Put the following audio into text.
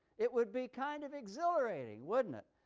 it would be kind of exhilarating, wouldn't it,